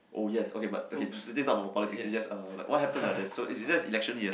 oh yes okay but okay this this is not about politics this is just uh what happen back then so it's just election year